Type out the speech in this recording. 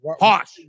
Harsh